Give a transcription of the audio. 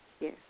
Yes